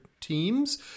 teams